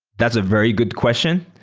that's a very good question,